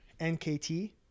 NKT